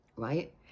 Right